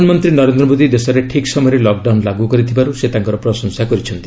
ପ୍ରଧାନମନ୍ତ୍ରୀ ନରେନ୍ଦ୍ର ମୋଦୀ ଦେଶରେ ଠିକ୍ ସମୟରେ ଲକ୍ଡାଉନ୍ ଲାଗ୍ର କରିଥିବାର୍ ସେ ତାଙ୍କର ପ୍ରଶଂସା କରିଛନ୍ତି